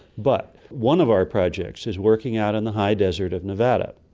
but one of our projects is working out in the high desert of nevada.